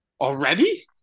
Already